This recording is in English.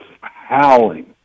howling